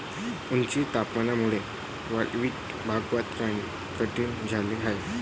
उच्च तापमानामुळे वाळवंटी भागात राहणे कठीण झाले आहे